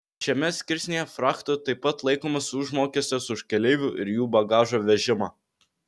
šiame skirsnyje frachtu taip pat laikomas užmokestis už keleivių ir jų bagažo vežimą